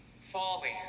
falling